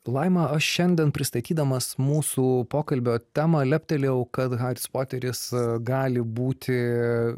laima aš šiandien pristatydamas mūsų pokalbio temą leptelėjau kad haris poteris gali būti